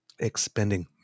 Expending